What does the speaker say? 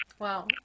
Wow